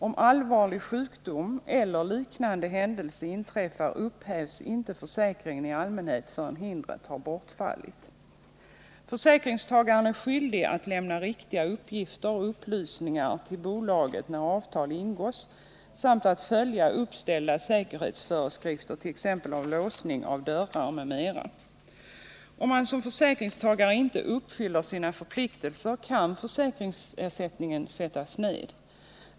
Om allvarlig sjukdom eller liknande händelse inträffar upphävs inte försäkringen i allmänhet förrän hindret har bortfallit. Försäkringstagaren är skyldig att lämna riktiga uppgifter och upplysningar till bolaget när avtal ingås samt att följa uppställda säkerhetsföreskrifter t.ex. om låsning av dörrar m.m. Om man som försäkringstagare inte uppfyller sina förpliktelser kan försäkringsersättningen sättas ned.